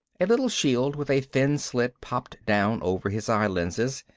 a little shield with a thin slit popped down over his eye lenses.